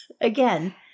Again